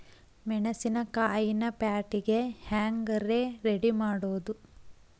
ಮೆಣಸಿನಕಾಯಿನ ಪ್ಯಾಟಿಗೆ ಹ್ಯಾಂಗ್ ರೇ ರೆಡಿಮಾಡೋದು?